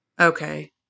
Okay